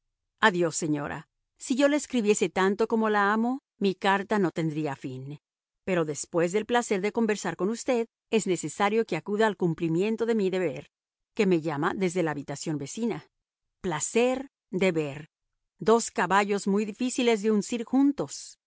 adiós señora si yo le escribiese tanto como la amo mi carta no tendría fin pero después del placer de conversar con usted es necesario que acuda al cumplimiento de mi deber que me llama desde la habitación vecina placer deber dos caballos muy difíciles de uncir juntos